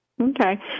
Okay